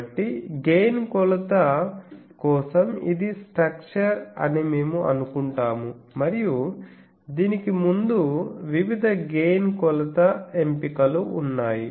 కాబట్టి గెయిన్ కొలత కోసం ఇది స్ట్రక్చర్ అని మేము అనుకుంటాము మరియు దీనికి ముందు వివిధ గెయిన్ కొలత ఎంపికలు ఉన్నాయి